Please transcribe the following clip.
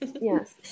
Yes